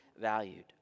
valued